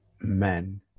men